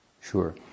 sure